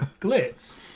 Glitz